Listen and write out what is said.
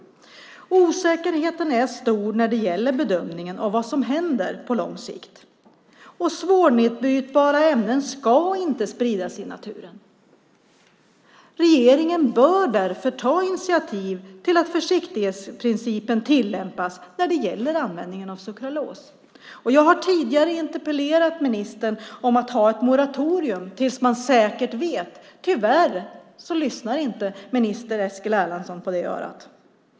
Osäkerheten är stor när det gäller bedömningen av vad som händer på lång sikt. Svårnedbrytbara ämnen ska inte spridas i naturen. Regeringen bör därför ta initiativ till att försiktighetsprincipen tillämpas vid användningen av sukralos. Jag har tidigare interpellerat ministern om att ha ett moratorium tills man säkert vet. Tyvärr lyssnar minister Eskil Erlandsson inte på det örat.